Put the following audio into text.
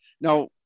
Now